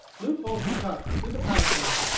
loop-holes were cut through the palisades,